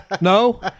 No